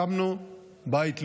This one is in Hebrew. הקמנו בית לאומי,